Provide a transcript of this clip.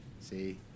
See